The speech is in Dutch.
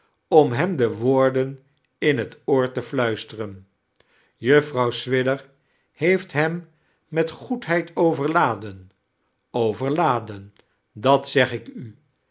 om hem de woorden in het oor te flluisteren juffrouw swidger heeft hem met goedheid overladen overladen dat zeg ik u